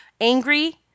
angry